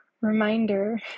reminder